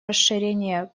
расширение